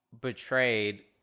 betrayed